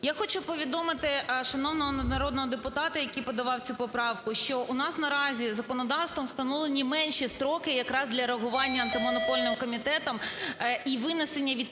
Я хочу повідомити шановного народного депутата, який подавав цю поправку, що у нас наразі законодавством встановлені менші строки якраз для реагування Антимонопольним комітетом і винесення відповідного